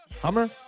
hummer